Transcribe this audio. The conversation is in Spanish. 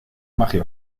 magia